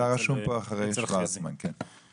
אתה רשום פה אחרי שורצמן, כן.